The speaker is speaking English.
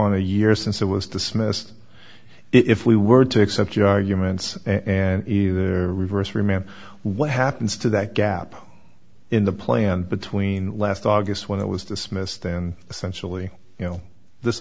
on a year since it was dismissed if we were to accept your arguments and either reverse remember what happens to that gap in the plan between last august when it was dismissed then essentially you know this